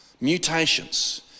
mutations